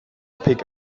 pick